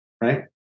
right